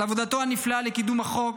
על עבודתו הנפלאה לקידום החוק,